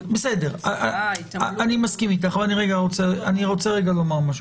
בסדר, אני מסכים אתך, אבל אני רוצה רגע לומר משהו.